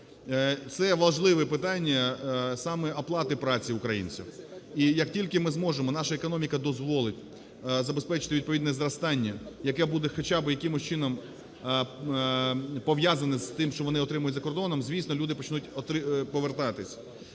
Це важливе питання саме оплати праці українців, і як тільки ми зможемо, наша економіка дозволить забезпечити відповідне зростання, яке буде хоча би якимось чином пов'язане з тим, що вони отримують за кордоном, звісно, люди почнуть повертатися.